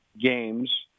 games